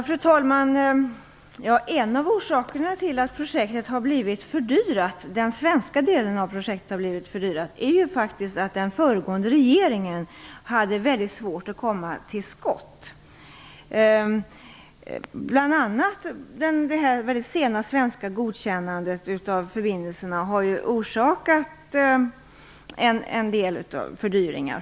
Fru talman! En av orsakerna till att den svenska delen av projektet har blivit fördyrad är ju att den föregående regeringen hade väldigt svårt att komma till skott. Det var bl.a. det väldigt sena svenska godkännandet av förbindelserna som orsakade fördyringar.